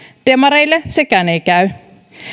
demareille sekään ei käy